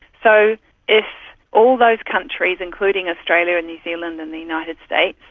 so if all those countries, including australia and new zealand and the united states,